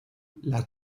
las